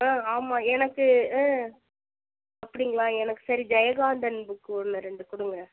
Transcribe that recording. ஆ ஆமாம் எனக்கு ஆ அப்படிங்களா எனக்கு சரி ஜெயகாந்தன் புக்கு ஒன்று ரெண்டு கொடுங்க